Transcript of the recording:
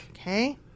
Okay